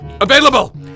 available